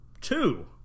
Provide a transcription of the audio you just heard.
two